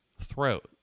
throat